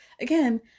again